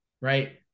right